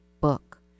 book